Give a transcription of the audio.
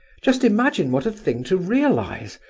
just imagine what a thing to realize!